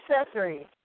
accessories